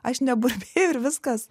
aš neburbėjau ir viskas